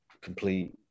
complete